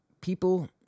people